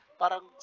parang